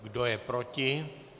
Kdo je proti?